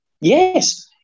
Yes